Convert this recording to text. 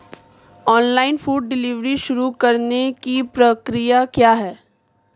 Online food delivery शुरू करने की प्रक्रिया क्या है?